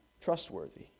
trustworthy